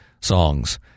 songs